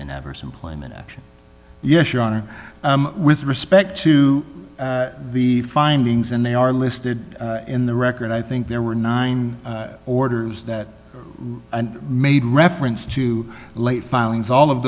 an adverse employment action yes your honor with respect to the findings and they are listed in the record i think there were nine orders that made reference to late filings all of